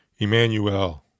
Emmanuel